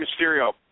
Mysterio